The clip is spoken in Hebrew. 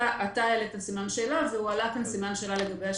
אתה העלית סימן שאלה והועלה סימן שאלה לגבי השקיפות,